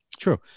True